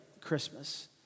Christmas